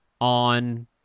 on